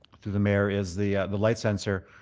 through the mayor is the the light sensor,